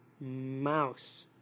Mouse